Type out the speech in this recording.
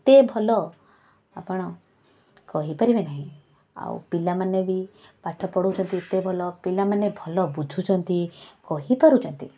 ଏତେ ଭଲ ଆପଣ କହିପାରିବେ ନାହିଁ ଆଉ ପିଲାମାନେ ବି ପାଠ ପଢ଼ାଉଛନ୍ତି ଏତେ ଭଲ ପିଲାମାନେ ଭଲ ବୁଝୁଛନ୍ତି କହିପାରୁଛନ୍ତି